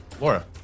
Laura